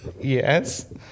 Yes